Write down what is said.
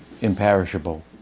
imperishable